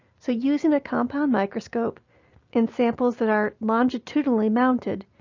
so using a compound microscope and samples that are longitudinally mounted,